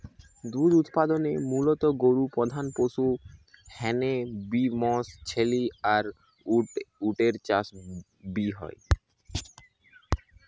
দুধ উতপাদনে মুলত গরু প্রধান পশু হ্যানে বি মশ, ছেলি আর উট এর চাষ বি হয়